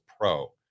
Pro